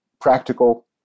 practical